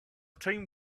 time